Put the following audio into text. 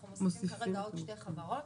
אנחנו מוסיפים כרגע עוד שתי חברות.